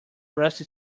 rusty